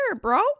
bro